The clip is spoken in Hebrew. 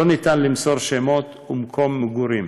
לא ניתן למסור שמות ומקום מגורים.